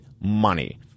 money